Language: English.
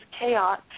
chaos